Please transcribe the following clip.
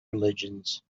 religions